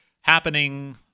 happening